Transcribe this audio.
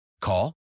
Call